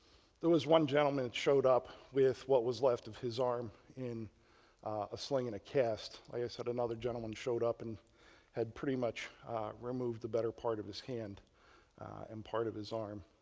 there was one gentleman that showed up with what was left of his arm in a sling and a cast. like i said, another gentleman showed up and had pretty much removed the better part of his hand and part of his arm.